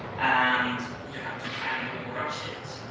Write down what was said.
and you have to kind of rush it.